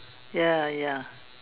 ya ya